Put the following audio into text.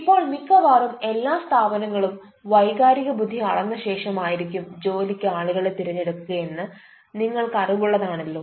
ഇപ്പൊൾ മിക്കവാറും എല്ലാ സ്ഥാപനങ്ങളും വൈകാരിക ബുദ്ധി അളന്ന ശേഷം ആയിരിക്കും ജോലിക്ക് ആളുകളെ തിരഞ്ഞെടുക്കുക എന്ന് നിങ്ങൾക്ക് അറിവുള്ളതാണല്ലോ